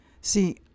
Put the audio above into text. see